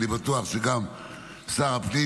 ואני בטוח שגם שר הפנים,